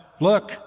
look